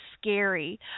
scary